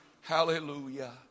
Hallelujah